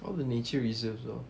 all the nature reserves lor